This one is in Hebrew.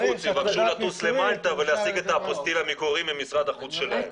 יבקשו לטוס למלטה ולהשיג את האפוסטיל המקורי ממשרד החוץ שלהם.